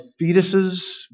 fetuses